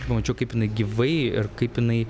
pamačiau kaip jinai gyvai ir kaip jinai